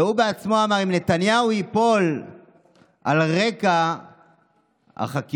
והוא בעצמו אמר שאם נתניהו ייפול על רקע החקירות,